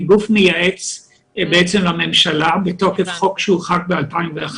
היא גוף מייעץ לממשלה מתוקף חוק שנחקק ב-2011.